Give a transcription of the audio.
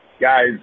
Guys